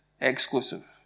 Exclusive